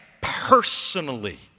personally